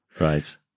Right